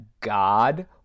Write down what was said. God